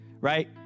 Right